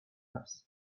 است